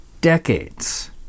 Decades